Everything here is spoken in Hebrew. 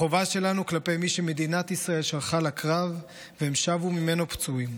החובה שלנו כלפי מי שמדינת ישראל שלחה לקרב והם שבו ממנו פצועים.